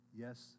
Yes